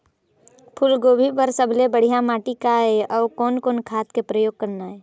फूलगोभी बर सबले बढ़िया माटी का ये? अउ कोन कोन खाद के प्रयोग करना ये?